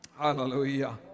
Hallelujah